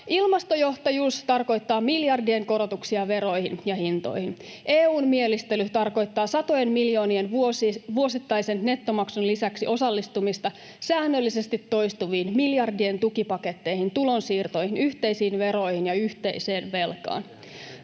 Ilmastojohtajuus tarkoittaa miljardien korotuksia veroihin ja hintoihin. EU:n mielistely tarkoittaa satojen miljoonien vuosittaisen nettomaksun lisäksi osallistumista säännöllisesti toistuviin miljardien tukipaketteihin, tulonsiirtoihin, yhteisiin veroihin ja yhteiseen velkaan.